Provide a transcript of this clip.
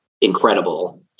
incredible